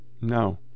no